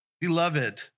Beloved